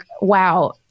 wow